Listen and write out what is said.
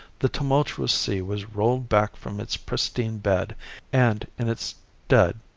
the tumultuous sea was rolled back from its pristine bed and, in its stead,